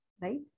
right